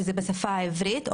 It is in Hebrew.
שזה בשפה העברית,